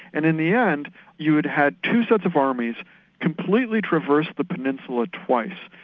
and in the end you had had two sets of armies completely traverse the peninsula twice,